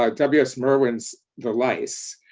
um w s. merwin's, the lice,